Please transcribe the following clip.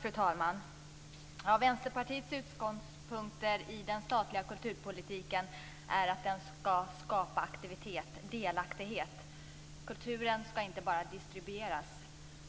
Fru talman! Vänsterpartiets utskottspunkter i den statliga kulturpolitiken är att den skall skapa aktivitet och delaktighet. Kulturen skall inte bara distribueras.